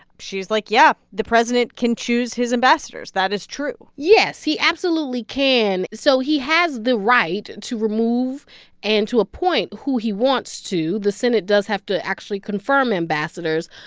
she's like, yeah, the president can choose his ambassadors. that is true yes, he absolutely can. so he has the right to remove and to appoint who he wants to. the senate does have to actually confirm ambassadors.